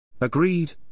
Agreed